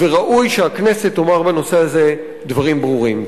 וראוי שהכנסת תאמר בנושא הזה דברים ברורים.